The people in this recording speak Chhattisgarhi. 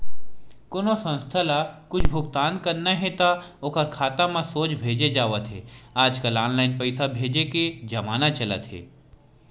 कोनो संस्था ल कुछ भुगतान करना हे त ओखर खाता म सोझ भेजे जावत हे आजकल ऑनलाईन पइसा भेजे के जमाना चलत हे